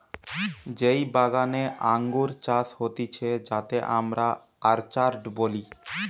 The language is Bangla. যেই বাগানে আঙ্গুর চাষ হতিছে যাতে আমরা অর্চার্ড বলি